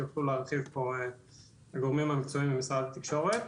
על זה יוכלו להרחיב פה הגורמים המקצועיים של משרד התקשורת.